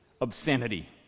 obscenity